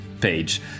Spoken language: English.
page